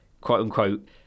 quote-unquote